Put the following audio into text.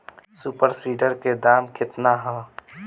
Super seeder के दाम केतना ह?